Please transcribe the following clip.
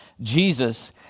Jesus